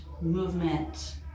movement